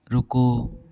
रुको